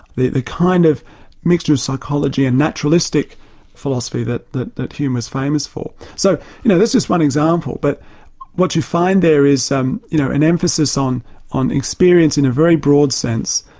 the the kind of mixture of psychology and naturalistic philosophy that that hume was famous for. so you know that's just one example, but what you find there is um you know an emphasis on on experience in a very broad sense,